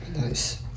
Nice